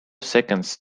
seconds